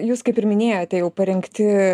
jūs kaip ir minėjote jau parengti